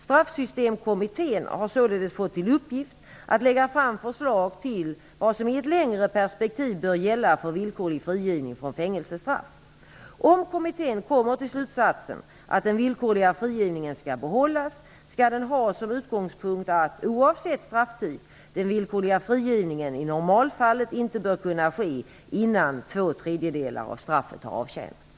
Straffsystemkommittén har således fått till uppgift att lägga fram förslag till vad som i ett längre perspektiv bör gälla för villkorlig frigivning från fängelsestraff. Om kommittén kommer till slutsatsen att den villkorliga frigivningen skall behållas, skall den ha som utgångspunkt att -- oavsett strafftid -- den villkorliga frigivningen i normalfallet inte bör kunna ske innan två tredjedelar av straffet har avtjänats.